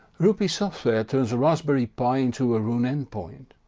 ropieee software turns a raspberry pi into a roon endpoint.